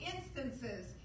instances